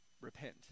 repent